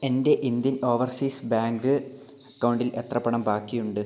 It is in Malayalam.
എൻ്റെ ഇന്ത്യൻ ഓവർസീസ് ബാങ്ക് അക്കൗണ്ടിൽ എത്ര പണം ബാക്കിയുണ്ട്